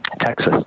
Texas